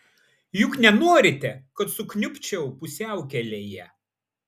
juk nenorite kad sukniubčiau pusiaukelėje